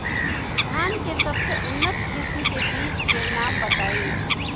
धान के सबसे उन्नत किस्म के बिज के नाम बताई?